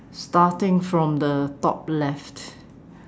starting from the top left